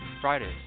Fridays